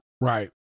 Right